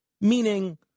Meaning